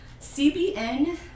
CBN